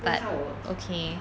that's how it works